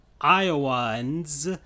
Iowans